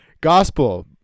Gospel